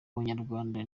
banyarwanda